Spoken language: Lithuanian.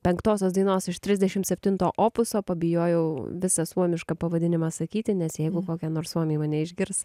penktosios dainos iš trisdešimt septinto opuso pabijojau visą suomišką pavadinimą sakyti nes jeigu kokie nors suomiai mane išgirs